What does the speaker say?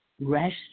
Rest